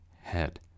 head